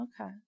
okay